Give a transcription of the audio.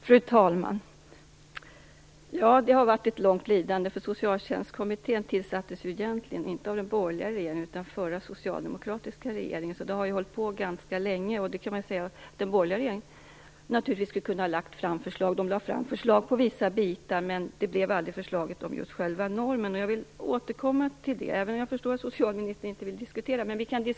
Fru talman! Ja, det har varit ett långt lidande. Socialtjänstkommittén tillsattes egentligen inte av den borgerliga regeringen utan av den förra socialdemokratiska regeringen. Den har alltså hållit på ganska länge. Man kan förstås säga att den borgerliga regeringen kunde ha lagt fram förslag. Den lade fram förslag om vissa bitar, men det blev aldrig något förslag om just själva normen. Jag vill återkomma till principen, även om jag förstår att socialministern inte vill diskutera.